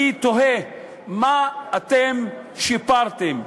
אני תוהה מה אתם שיפרתם,